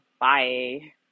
Bye